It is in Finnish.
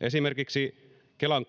esimerkiksi kelan